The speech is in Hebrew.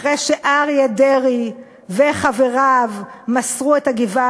אחרי שאריה דרעי וחבריו מסרו את הגבעה